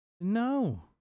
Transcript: No